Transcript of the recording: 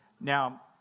Now